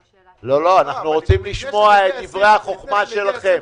אנחנו רוצים לשמוע את דברי החוכמה שלכם.